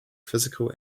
physical